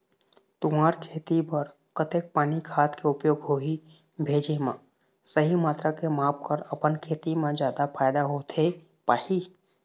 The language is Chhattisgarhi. तुंहर के खेती बर कतेक पानी खाद के उपयोग होही भेजे मा सही मात्रा के माप कर अपन खेती मा जादा फायदा होथे पाही?